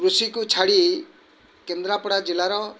କୃଷିକୁ ଛାଡ଼ି କେନ୍ଦ୍ରାପଡ଼ା ଜିଲ୍ଲାର